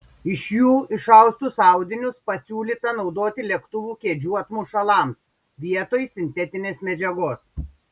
iš jų išaustus audinius pasiūlyta naudoti lėktuvų kėdžių apmušalams vietoj sintetinės medžiagos